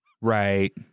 Right